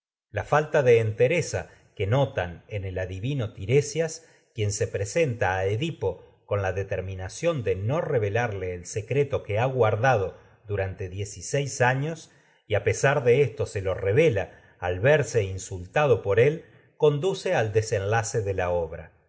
la falta adivino tiresias entereza notan en el quien se presenta a de te no edipo con la determinación ha guardado duran revelarle el secreto que y diez seis años y a pesar de esto se insultado las por lo revela al de verse él conduce al desenlace por la obra